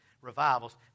revivals